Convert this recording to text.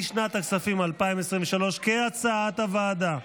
לשנת הכספים 2023, כהצעת הוועדה.